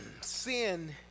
sin